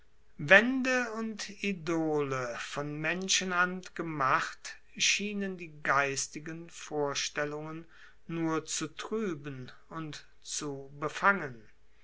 waende und idole von menschenhand gemacht schienen die geistigen vorstellungen nur zu trueben und zu befangen